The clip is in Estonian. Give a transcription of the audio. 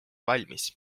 valmis